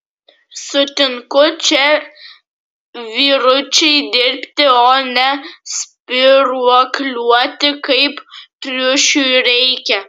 sutinku čia vyručiai dirbti o ne spyruokliuoti kaip triušiui reikia